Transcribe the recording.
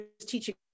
teaching